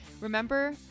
Remember